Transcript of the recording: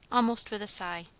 almost with a sigh.